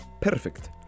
perfect